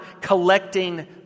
collecting